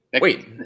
Wait